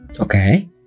Okay